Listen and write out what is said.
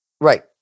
Right